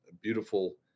beautiful